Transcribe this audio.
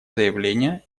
заявление